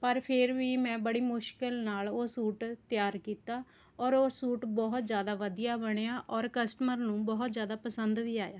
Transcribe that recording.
ਪਰ ਫਿਰ ਵੀ ਮੈਂ ਬੜੀ ਮੁਸ਼ਕਲ ਨਾਲ ਉਹ ਸੂਟ ਤਿਆਰ ਕੀਤਾ ਔਰ ਉਹ ਸੂਟ ਬਹੁਤ ਜ਼ਿਆਦਾ ਵਧੀਆ ਬਣਿਆ ਔਰ ਕਸਟਮਰ ਨੂੰ ਬਹੁਤ ਜ਼ਿਆਦਾ ਪਸੰਦ ਵੀ ਆਇਆ